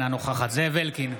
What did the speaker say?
אינה נוכחת זאב אלקין,